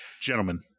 Gentlemen